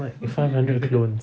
what with five hundred clones